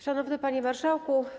Szanowny Panie Marszałku!